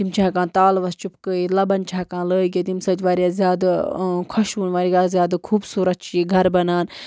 تِم چھِ ہٮ۪کان تالوَس چِپکٲیِتھ لَبَن چھِ ہٮ۪کان لٲگِتھ ییٚمہِ سۭتۍ واریاہ زیادٕ خوشوُن واریاہ زیادٕ خوٗبصوٗرت چھِ یہِ گَرٕ بنان